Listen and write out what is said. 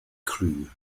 crew